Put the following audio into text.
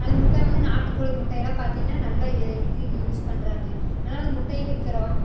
அந்த முட்டை வந்து நாட்டு கோழி முட்டையெல்லாம் பார்த்திங்கன்னா நல்ல இதுக்கு யூஸ் பண்ணுறாங்க அதனால அந்த முட்டையை விற்குறோம்